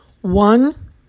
One